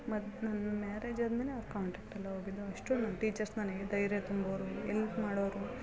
ಮತ್ತು ನನ್ನ ಮ್ಯಾರೇಜ್ ಆದಮೇಲೆ ಅವ್ರ ಕಾಂಟಾಕ್ಟ್ ಎಲ್ಲ ಹೋಗಿದ್ದು ಅಷ್ಟು ನಮ್ಮ ಟೀಚರ್ಸ್ ನನಗೆ ಧೈರ್ಯ ತುಂಬೋವ್ರು ಎಲ್ಪ್ ಮಾಡೋವ್ರು